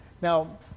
Now